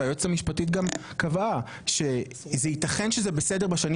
והיועצת המשפטית גם קבעה שזה ייתכן שזה בסדר בשנים